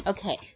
Okay